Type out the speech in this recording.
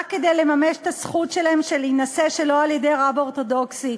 כדי לממש את הזכות שלהם להינשא שלא על-ידי רב אורתודוקסי?